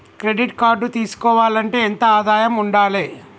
Credit card తీసుకోవాలంటే ఎంత ఆదాయం ఉండాలే?